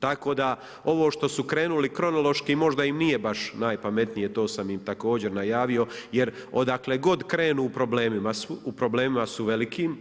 Tako da ovo što su krenuli kronološki možda im nije baš najpametnije to sam im također najavio, jer odakle god krenu u problemima su velikim.